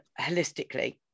holistically